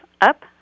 up